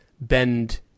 bend